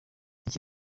iki